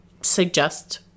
suggest